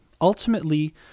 Ultimately